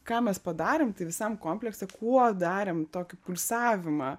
ką mes padarėm tai visam komplekse kuo darėm tokį pulsavimą